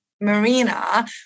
marina